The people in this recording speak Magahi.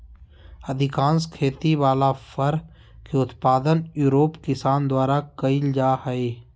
अधिकांश खेती वला फर के उत्पादन यूरोप किसान द्वारा कइल जा हइ